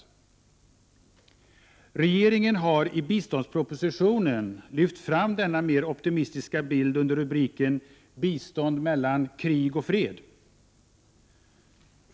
Regeringen har i biståndspropositionen lyft fram denna mer optimistiska bild under rubriken Bistånd mellan krig och fred.